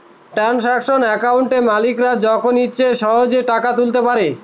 transaction একাউন্টে মালিকরা যখন ইচ্ছে সহেজে টাকা তুলতে পারে